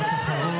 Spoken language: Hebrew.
משפט אחרון.